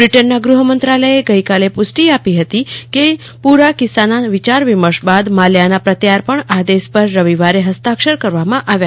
બ્રિટનના ગૃહ મંત્રાલયે ગઈકાલે પુષ્ટિ આપી હતી કે પુરા કિસ્સા પર વિચાર વિમર્શ બાદ માલ્યાના પ્રત્યાર્પણ આદેશ પર રવિવારે હસ્તાક્ષર કરવામાં આવ્યા